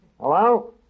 Hello